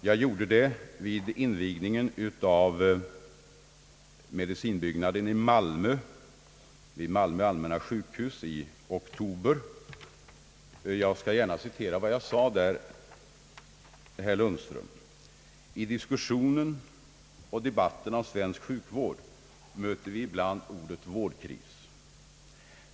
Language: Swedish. Jag gjorde det vid invigningen av medicinbyggnaden vid Malmö allmänna sjukhus i oktober. Jag sade där: »I diskussionen och debatten om svensk sjukvård möter vi ibland ordet ”vårdkris”.